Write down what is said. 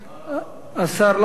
השר לא מתנגד.